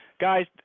Guys